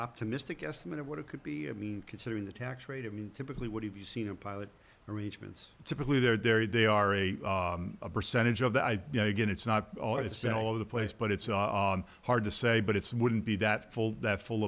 optimistic estimate of what it could be mean considering the tax rate of and typically what have you seen a pilot arrangements typically they're very they are a percentage of the i you know again it's not all it's generally the place but it's hard to say but it's wouldn't be that full that full